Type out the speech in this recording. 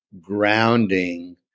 grounding